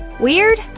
weird?